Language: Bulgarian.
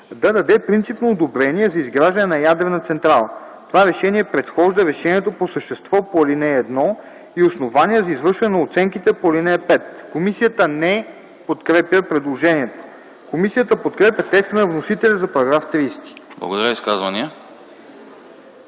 да даде принципно одобрение за изграждане на ядрена централа. Това решение предхожда решението по същество по ал. 1 и е основание за извършване на оценките по ал. 5.” Комисията не подкрепя предложението. Комисията подкрепя текста на вносителя за § 30. ПРЕДСЕДАТЕЛ